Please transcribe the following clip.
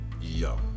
yo